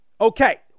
Okay